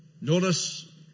Notice